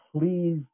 Please